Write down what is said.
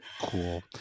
Cool